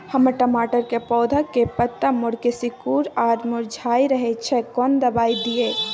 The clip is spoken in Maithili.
हमर टमाटर के पौधा के पत्ता मुड़के सिकुर आर मुरझाय रहै छै, कोन दबाय दिये?